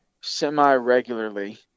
semi-regularly